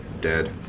Dead